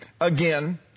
again